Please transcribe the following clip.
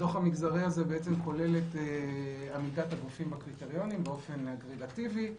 הדוח המגזרי הזה כולל את עמידת הגופים בקריטריונים באופן אגרגטיבי,